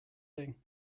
thing